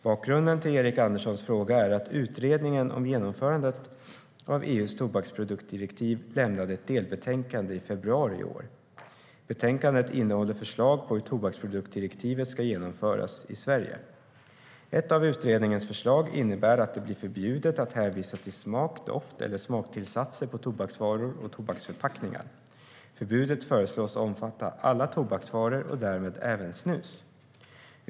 Bakgrunden till Erik Anderssons frågor är att Utredningen om genomförandet av EU:s tobaksproduktdirektiv lämnade ett delbetänkande i februari i år. Betänkandet innehåller förslag på hur tobaksproduktdirektivet ska genomföras i Sverige. Ett av utredningens förslag innebär att det blir förbjudet att hänvisa till smak, doft eller smaktillsatser på tobaksvaror och tobaksförpackningar. Förbudet föreslås omfatta alla tobaksvaror och därmed även snus.